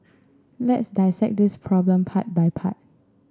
let's dissect this problem part by part